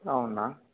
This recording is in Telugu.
అవునా